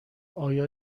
آیا